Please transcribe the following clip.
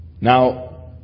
Now